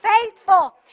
faithful